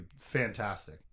fantastic